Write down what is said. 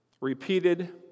repeated